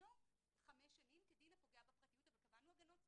ודינו חמש שנים כדין הפוגע בפרטיות אבל קבענו הגנות ספציפיות.